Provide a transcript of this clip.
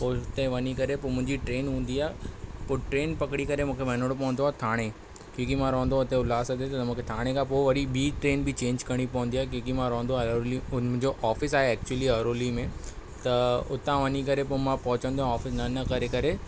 पोइ हुते वञी करे पोइ मुहिंजी ट्रेन हूंदी आहे पोइ ट्रेन पकिड़े करे मूंखे वञिणो पवंदो आहे थाणे क्युकी मां रहंदो हुते आहियां उल्हासनगर थाणे खां पोइ वरी ॿी ट्रेन बि चेंज करिणी पवंदी आहे क्युकि मां रहंदो आहियां अरोली मुहिंजो ऑफिस आहे एक्चुअली अरोलीअ में त उतां वञी करे पोइ मां पहुंचंदो आहियां ऑफिस न न करे करे